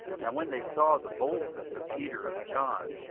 now when they saw the boldness of peter and john,